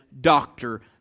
doctor